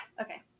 Okay